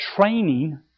training